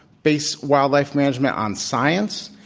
base wildlife management on science,